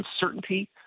uncertainty